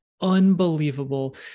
unbelievable